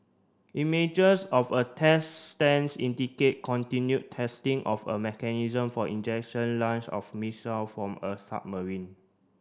images of a test stands indicate continued testing of a mechanism for ejection launch of missile from a submarine